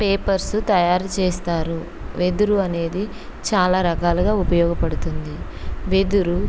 papers తయారు చేస్తారు వెదురు అనేది చాలా రకాలుగా ఉపయోగపడుతుంది వెదురు